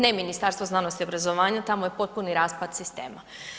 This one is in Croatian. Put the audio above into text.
Ne Ministarstvo znanosti i obrazovanja tamo je potpuni raspad sistema.